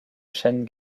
chaîne